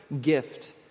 gift